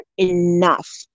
enough